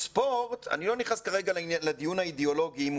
אני לא נכנס כרגע לדיון האידיאולוגי אם